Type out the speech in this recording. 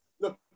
Look